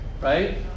right